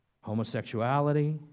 homosexuality